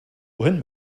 wohin